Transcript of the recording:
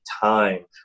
time